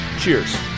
cheers